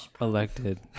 elected